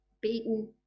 beaten